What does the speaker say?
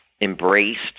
embraced